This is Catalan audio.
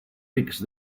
rics